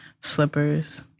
slippers